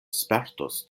spertos